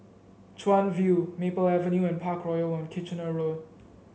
Chuan View Maple Avenue and Parkroyal on Kitchener Road